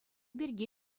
пирки